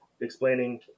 explaining